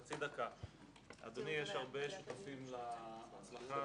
הכאב, ההתמודדות